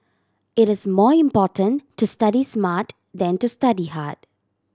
it is more important to study smart than to study hard